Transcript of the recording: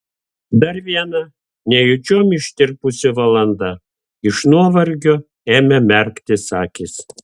dar viena nejučiom ištirpusi valanda iš nuovargio ėmė merktis akys